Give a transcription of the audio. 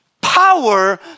Power